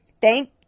thank